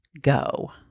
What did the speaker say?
go